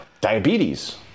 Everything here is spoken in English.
Diabetes